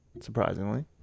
Surprisingly